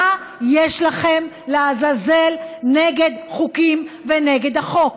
מה יש לכם, לעזאזל, נגד חוקים ונגד החוק?